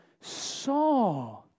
saw